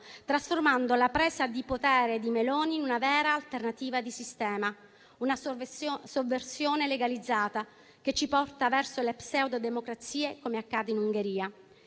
trasformando la presa di potere di Meloni in una vera alternativa di sistema, una sovversione legalizzata che ci porta verso le pseudodemocrazie, come accade in Ungheria.